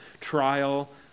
trial